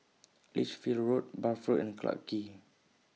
Lichfield Road Bath Road and Clarke Quay